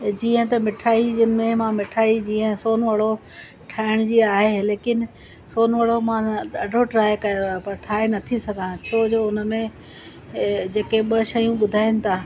जीअं त मिठाई जिनि में मां मिठाई जीअं सोन वड़ो ठाहिण जी आहे लेकिनि सोन वड़ो माना ॾाढो ट्राए कयो आहे पर ठाहे नथी सघां छो जो हुन में इहे जेके ॿ शयूं ॿुधाइनि था